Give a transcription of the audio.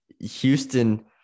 houston